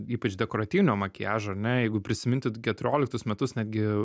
ypač dekoratyvinio makiažo ar ne jeigu prisiminti keturioliktus metus net gi